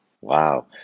Wow